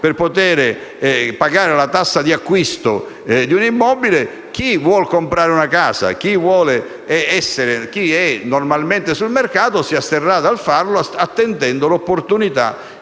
per poter pagare la tassa di acquisto di un immobile, chi è normalmente sul mercato si asterrà dal farlo, attendendo l'opportunità